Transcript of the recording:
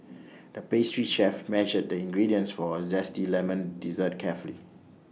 the pastry chef measured the ingredients for A Zesty Lemon Dessert carefully